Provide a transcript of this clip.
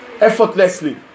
effortlessly